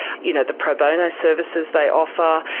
you know, the pro bono services they offer,